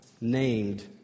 named